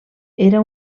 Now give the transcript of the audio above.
era